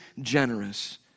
generous